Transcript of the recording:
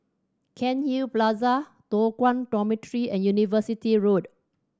Cairnhill Plaza Toh Guan Dormitory and University Road